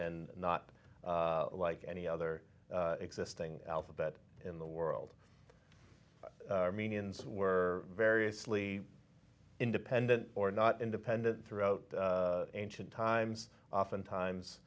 and not like any other existing alphabet in the world armenians were variously independent or not independent throughout ancient times often times